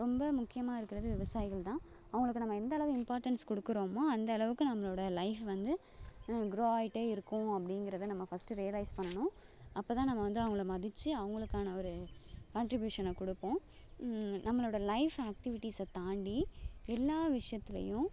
ரொம்ப முக்கியமாக இருக்கிறது விவசாயிகள் தான் அவர்களுக்கு நம்ம எந்த அளவு இம்பார்டன்ஸ் கொடுக்கறோமோ அந்த அளவுக்கு நம்மளோடய லைஃப் வந்து க்ரோ ஆகிட்டே இருக்கும் அப்படிங்கறத நம்ம ஃபஸ்ட்டு ரியலைஸ் பண்ணணும் அப்போதான் நம்ம வந்து அவங்களை மதித்து அவங்களுக்கான ஒரு கான்ட்ரிபியூஷனை கொடுப்போம் நம்மளோடய லைஃப் ஆக்டிவிட்டிஸை தாண்டி எல்லா விஷயத்துலேயும்